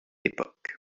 époque